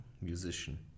musician